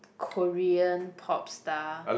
Korean pop star